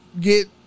get